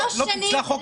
לא פיצלה חוק אחד.